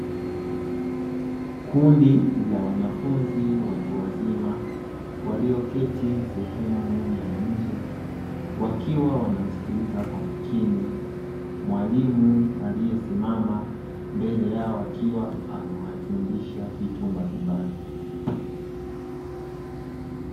Kundi la wanafunzi watu wazima walioketi sehemu ya nje, wakiwa wanamsikiliza kwa makini mwalimu aliyesimama mbele yao wakiwa anawafundisha vitu mbalimbali.